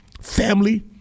Family